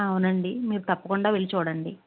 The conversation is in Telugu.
అవునండి మీరు తప్పకుండా వెళ్ళి చూడండి